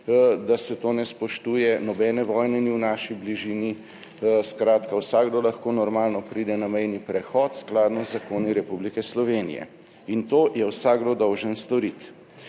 da se to ne spoštuje, nobene vojne ni v naši bližini, skratka, vsakdo lahko normalno pride na mejni prehod, skladno z zakoni Republike Slovenije in to je vsakdo dolžan storiti.